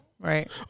right